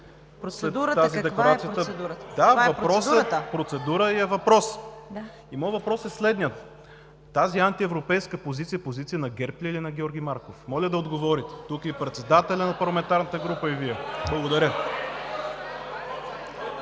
КАРАЯНЧЕВА: Каква е процедурата? ФИЛИП ПОПОВ: Процедура е и е въпрос. Моят въпрос е следният: тази антиевропейска позиция, позиция на ГЕРБ ли е, или на Георги Марков? Моля да отговорите. Тук е и председателят на парламентарната група, и Вие. Благодаря.